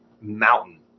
mountain